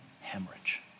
hemorrhage